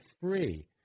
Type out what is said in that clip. free